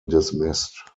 dismissed